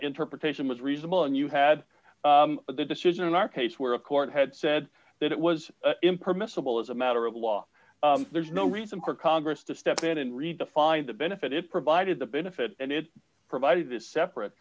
interpretation was reasonable and you had the decision in our case where a court had said that it was impermissible as a matter of law there's no reason for congress to step in and read the fine the benefit it provided the benefit and it provided this separate